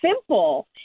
simple